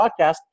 podcast